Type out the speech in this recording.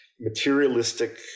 materialistic